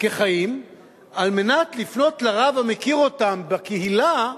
על מנת לפנות לרב המכיר אותם בקהילה ולשאול,